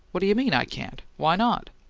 what you mean, i can't? why not?